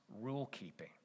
rule-keeping